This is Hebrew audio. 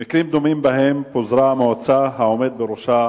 במקרים דומים שבהם פוזרה המועצה, העומד בראשה